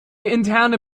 interne